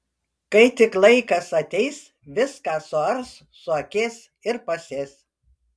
kai tik laikas ateis viską suars suakės ir pasės